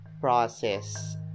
process